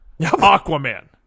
Aquaman